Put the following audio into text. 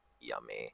Yummy